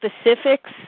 specifics